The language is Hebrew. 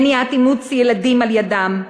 מניעת אימוץ ילדים על-ידיהם,